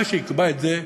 מה שיקבע את זה,